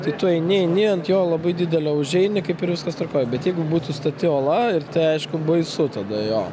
tai tu eini eini ant jo labai didelio užeini kaip ir viskas tvarkoj bet jeigu būtų stati uola ir tai aišku baisu tada jo